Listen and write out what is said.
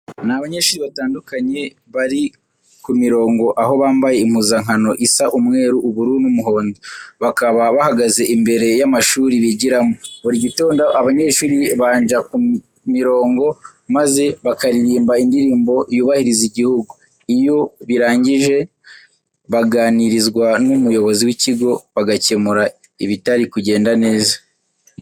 Ni abanyeshuri batandukanye bari ku mirongo aho bambaye impuzankano isa umweru, ubururu n'umuhondo. Bakaba bahagaze imbere y'amashuri bigiramo. Buri gitondo abanyeshuri banja ku mirongo maze bakaririmba Indirimbo yubahiriza Igihugu. Iyo birangije baganirizwa n'umuyobozi w'ikigo, bagakemura ibitari kugenda neza.